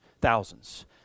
Thousands